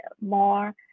more